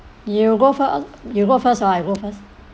you go fir~ you go first or I go first